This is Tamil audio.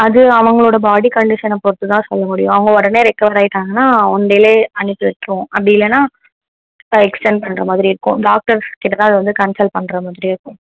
அது அவங்களோடய பாடி கண்டிஷனை பொறுத்து தான் சொல்ல முடியும் அவங்க உடனே ரெக்கவர் ஆயிட்டாங்கன்னால் ஒன் டேலே அனுப்பி விட்டுருவோம் அப்படி இல்லைன்னா எக்ஸ்டெண்ட் பண்ணுற மாதிரி இருக்கும் டாக்டர்ஸ் கிட்ட தான் அதை வந்து கன்சல் பண்ணுற மாதிரி இருக்கும்